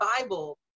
Bible